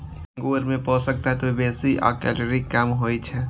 अंगूरफल मे पोषक तत्व बेसी आ कैलोरी कम होइ छै